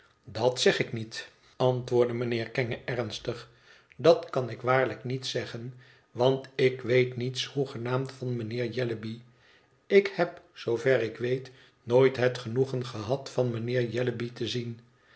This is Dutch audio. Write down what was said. dat zeg ik niet antwoordde mevrouw jellyby mijnheer kenge ernstig dat kan ik waarlijk niet zeggen want ik weet niets hoegenaamd van mijnheer jellyby ik heb zoover ik weet nooit het genoegen gehad van mijnheer jellyby te zien